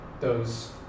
those-